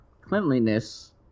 cleanliness